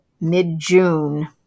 mid-June